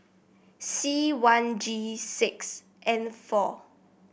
C one G six N four